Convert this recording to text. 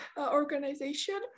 organization